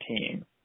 team